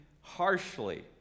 harshly